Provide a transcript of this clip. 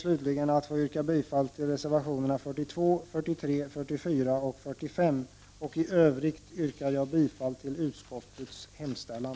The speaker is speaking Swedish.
Slutligen vill jag yrka bifall till reservationerna 42, 43, 44 och 45 samt i övrigt till utskottets hemställan.